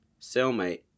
cellmate